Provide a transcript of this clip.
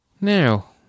Now